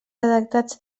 redactats